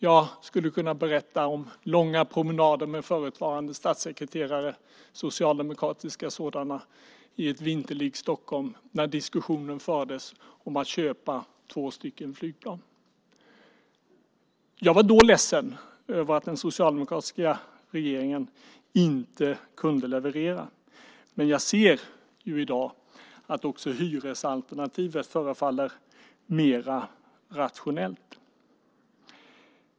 Jag skulle kunna berätta om långa promenader med förutvarande socialdemokratiska statssekreterare i ett vintrigt Stockholm när diskussionen fördes om att köpa två flygplan. Då var jag ledsen över att den socialdemokratiska regeringen inte kunde leverera, men jag ser också i dag att hyresalternativet förefaller mer rationellt.